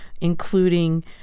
including